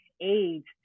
aids